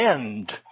end